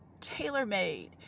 tailor-made